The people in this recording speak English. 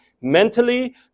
mentally